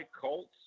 colts